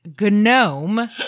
GNOME